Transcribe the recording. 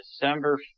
December